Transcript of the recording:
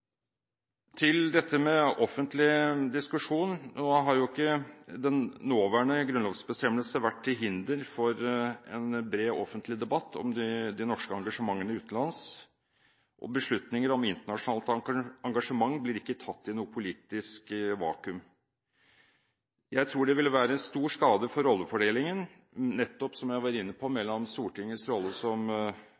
Til dette med offentlig diskusjon: Den nåværende grunnlovsbestemmelsen har jo ikke vært til hinder for en bred offentlig debatt om de norske engasjementene utenlands, og beslutninger om internasjonalt engasjement blir ikke tatt i noe politisk vakuum. Jeg tror det ville være en stor skade for rollefordelingen, som jeg var inne på,